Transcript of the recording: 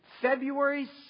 February